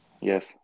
Yes